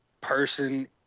person